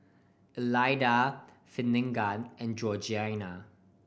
Elida Finnegan and Georgiana